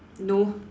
no